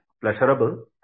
pleasurable